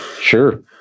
Sure